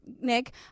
Nick